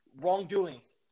wrongdoings